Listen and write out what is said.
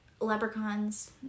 leprechauns